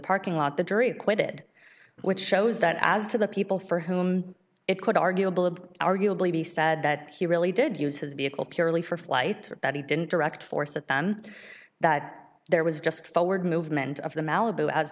parking lot the jury acquitted which shows that as to the people for whom it could arguable of arguably be said that he really did use his vehicle purely for flight that he didn't direct force at then that there was just forward movement of the malibu